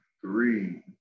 three